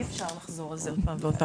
אי אפשר לחזור על זה עוד פעם ועוד פעם.